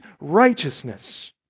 righteousness